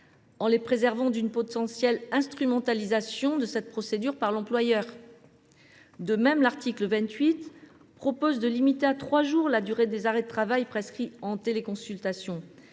de cancer d’une potentielle instrumentalisation de cette procédure par leur employeur ? De même, l’article 28 vise à limiter à trois jours la durée des arrêts de travail prescrits en téléconsultation.